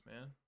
man